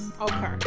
Okay